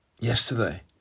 yesterday